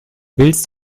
willst